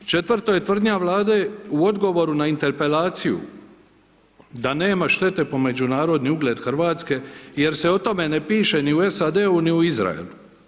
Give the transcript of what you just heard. Četvrto je tvrdnja Vlade u odgovoru na interpelaciju da nema štete po međunarodni ugled Hrvatske jer se o tome ne piše ni u SAD-u ni u Izraelu.